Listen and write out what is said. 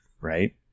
right